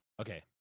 Okay